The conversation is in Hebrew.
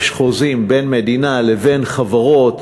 יש חוזים בין המדינה לבין חברות.